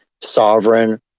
sovereign